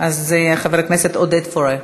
אז חבר הכנסת עודד פורר.